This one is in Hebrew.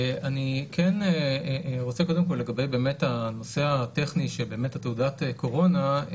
אני כן רוצה קודם כל לגבי באמת הנושא הטכני שבאמת תעודת הקורונה,